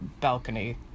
balcony